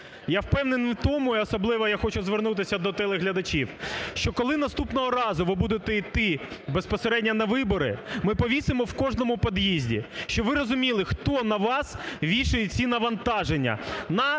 Я впевнений в тому, і особливо я хочу звернутися до телеглядачів, що коли наступного разу ви будете йти безпосередньо на вибори, ми повісимо в кожному під'їзді, щоб ви розуміли, хто на вас вішає ці навантаження,